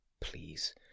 Please